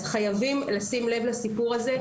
אז חייבים לשים לב לסיפור הזה,